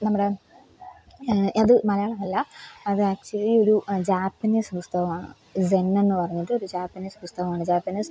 നമ്മുടെ അത് മലയാളമല്ല അത് ആക്ച്വലി ഒരു ജാപ്പനീസ് പുസ്തകമാണ് സെന്നെന്ന് പറഞ്ഞിട്ട് ഒരു ജാപ്പനീസ് പുസ്തകമാണ് ജാപ്പനീസ്